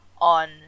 on